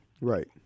Right